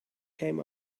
came